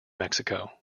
mexico